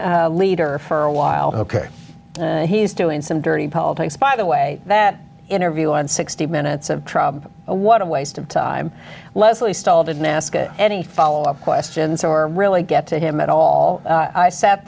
leader for a while ok he's doing some dirty politics by the way that interview on sixty minutes of trump what a waste of time lesley stahl didn't ask any follow up questions or really get to him at all i sat